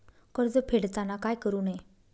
कर्ज फेडताना काय करु नये?